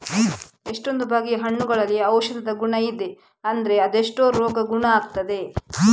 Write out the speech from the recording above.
ಎಷ್ಟೊಂದು ಬಗೆಯ ಹಣ್ಣುಗಳಲ್ಲಿ ಔಷಧದ ಗುಣ ಇದೆ ಅಂದ್ರೆ ಅದೆಷ್ಟೋ ರೋಗ ಗುಣ ಆಗ್ತದೆ